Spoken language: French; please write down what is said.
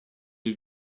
est